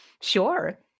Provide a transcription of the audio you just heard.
Sure